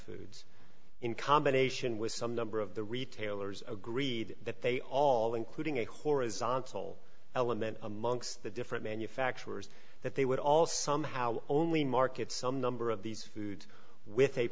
foods in combination with some number of the retailers agreed that they all including a horizontal element amongst the different manufacturers that they would all somehow only market some number of these food with a